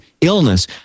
illness